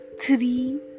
three